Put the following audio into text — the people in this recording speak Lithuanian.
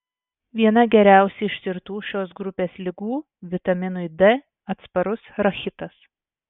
viena geriausiai ištirtų šios grupės ligų vitaminui d atsparus rachitas